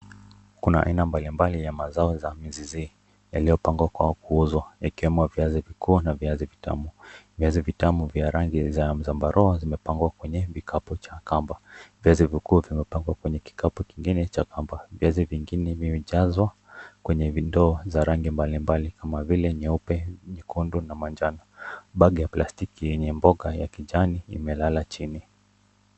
Kuna aina mbalimbali ya mazao iliyopangwa kwa kuuzwa ikiwemo viazi vikuu na viazi vitamu. Viazi vitamu vya rangi ya zambarau vimepangwa kwenye vikapu vya kamba. Viazi vikuu vimepangwa katika kikapu kingine cha kamba. Viazi vingine vimejazwa kwenye ndoo za rangi mbalimbali kama vile nyeupe, nyekundu na manjano. Bagi ya plastiki yenye mboga ya kijani imelaa chini.